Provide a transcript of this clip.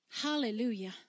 Hallelujah